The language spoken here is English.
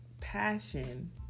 passion